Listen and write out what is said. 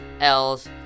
L's